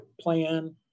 plan